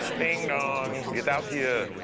ding-dong get out here.